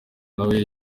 nawe